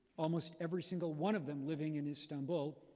almost every single one of them living in istanbul.